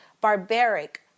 barbaric